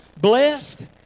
blessed